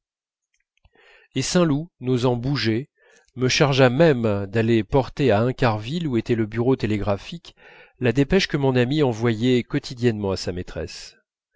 et saint loup n'osant bouger me chargea même d'aller porter à incauville où était le bureau télégraphique la dépêche que mon ami envoyait quotidiennement à sa maîtresse